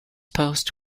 post